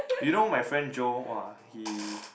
you know my friend Joe !wah! he